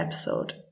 episode